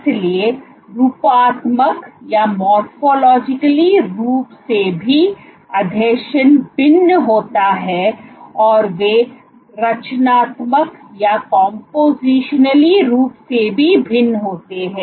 इसलिए रूपात्मक रूप से भी आसंजन भिन्न होता है और वे रचनात्मक रूप से भी भिन्न होते हैं